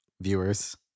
viewers